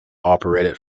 operated